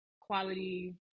quality